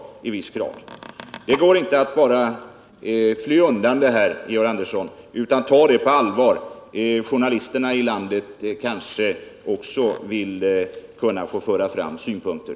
Det går inte att bara fly undan det här, Georg Andersson. Tag detta på allvar! Journalisterna i landet kanske också vill kunna föra fram synpunkter.